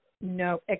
No